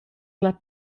ella